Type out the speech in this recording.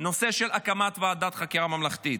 הנושא של הקמת ועדת חקירה ממלכתית.